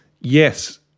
yes